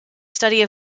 study